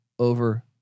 over